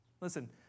Listen